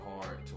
hard